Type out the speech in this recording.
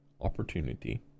opportunity